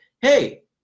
hey